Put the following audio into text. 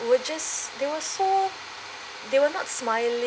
were just there were so they were not smiling